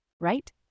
Right